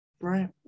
right